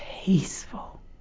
peaceful